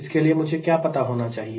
इसके लिए मुझे क्या पता होना चाहिए